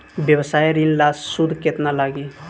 व्यवसाय ऋण ला सूद केतना लागी?